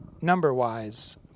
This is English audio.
number-wise